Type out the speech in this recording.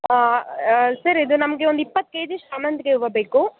ಹಾಂ ಸರ್ ಇದು ನಮಗೆ ಒಂದು ಇಪ್ಪತ್ತು ಕೆಜಿ ಶಾಮಂತಿಗೆ ಹೂವ ಬೇಕು